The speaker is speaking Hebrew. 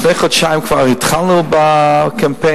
כבר לפני חודשיים התחלנו בקמפיין.